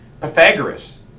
Pythagoras